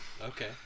Okay